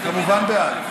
כמובן בעד.